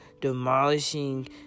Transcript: demolishing